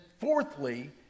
fourthly